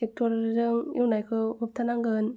टेक्टरजों एवनायखौ होबथानांगोन